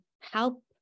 help